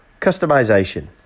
Customization